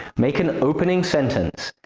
make an opening sentence.